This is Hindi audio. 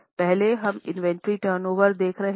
पहले हम इन्वेंट्री टर्नओवर ओवर देख रहे हैं